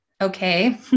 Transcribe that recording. Okay